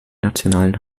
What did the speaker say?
nationalen